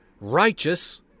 righteous